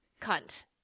Cunt